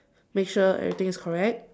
make sure everything is correct